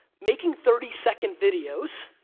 making thirty second videos